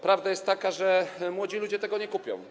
Prawda jest taka, że młodzi ludzie tego nie kupią.